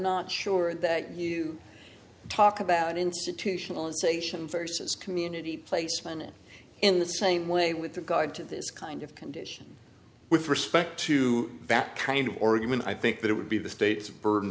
not sure that you talk about institutionalization versus community placement in the same way with regard to this kind of condition with respect to that kind of organ i think that it would be the state's bur